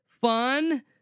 fun